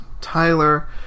Tyler